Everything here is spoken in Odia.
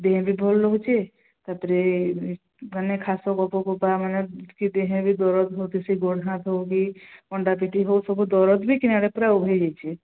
ଦେହ ବି ଭଲ ରହୁଛି ତାପରେ ମାନେ ଖାସ କଫ କୋପା ମାନେ କି ଦେହରେ ବି ଦରଦ ହେଉଛି ସେଇ ଗୋଡ଼ ହାତ ହେଉ କି ଅଣ୍ଟାପିଠି ହେଉ ସବୁ ଦରଦ ବି କୁଆଡ଼େ ପୁରା ଉଭେଇଯାଇଛି